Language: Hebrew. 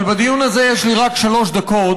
אבל בדיון הזה יש לי רק שלוש דקות,